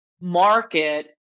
market